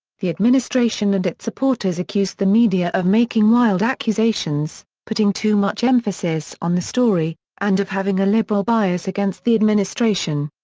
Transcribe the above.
the administration and its supporters accused the media of making wild accusations, putting too much emphasis on the story, and of having a liberal bias against the administration.